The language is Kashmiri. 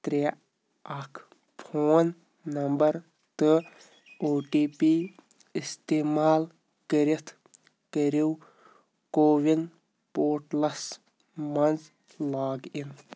ترٛےٚ اکھ فون نمبر تہٕ او ٹی پی استعمال کٔرِتھ کٔرِو کوٚوِن پورٹلَس منٛز لاگ اِن